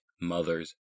mothers